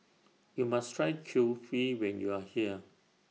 YOU must Try Kulfi when YOU Are here